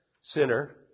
sinner